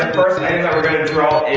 um first item that we're going to draw